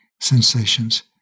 sensations